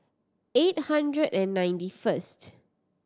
eight hundred and ninety first